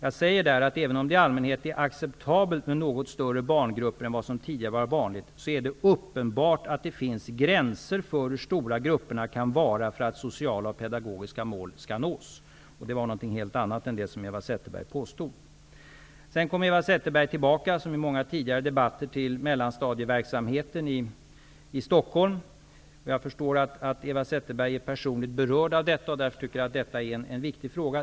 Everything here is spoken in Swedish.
Jag sade där att även om det i allmänhet är acceptabelt med något större barngrupper än vad som tidigare var vanligt, är det uppenbart att det finns gränser för hur stora grupperna kan vara för att sociala och pedagogiska mål skall nås. Det är någonting helt annat än det Sedan kom Eva Zetterberg tillbaka, som i många tidigare debatter, till mellanstadieverksamheten i Stockholm. Jag förstår att Eva Zetterberg är personligt berörd av detta och därför tycker att det är en viktig fråga.